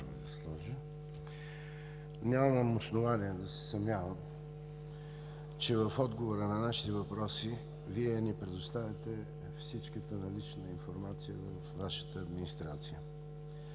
основание да се съмнявам, че в отговора на нашите въпроси, Вие ни предоставяте всичката налична информация във Вашата администрация.